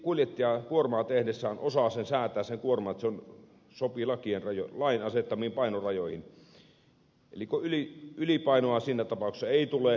kuljettaja kuormaa tehdessään osaa säätää sen kuorman niin että se sopii lain asettamiin painorajoihin eli ylipainoa siinä tapauksessa ei tule